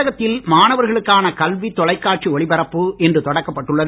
தமிழகத்தில் மாணவர்களுக்கான கல்வித் தொலைகாட்சி ஒளிபரப்பு இன்று தொடக்கப்பட்டுள்ளது